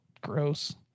gross